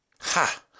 Ha